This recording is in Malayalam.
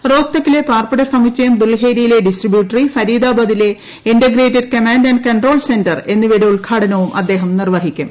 റോഹ്തക്കിലെ പാർപ്പിട സമുച്ചയം ദുൽഹേരയിലെ ഡിസ്റ്റിബ്യൂട്ടറി ഫറീദാബാദിലെ integrated command and control centre എന്നിവയുടെ ഉദ്ഘാടനവും അദ്ദേഹം നിർവ്വഹിക്കും